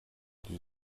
die